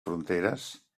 fronteres